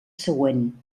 següent